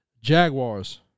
Jaguars